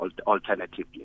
Alternatively